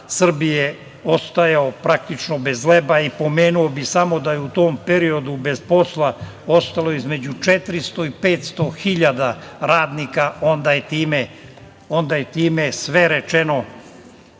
Srbije ostajao praktično bez hleba. Pomenuo bih samo da je u tom periodu bez posla ostalo između 400 i 500 hiljada radnika. Time je sve rečeno